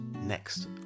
next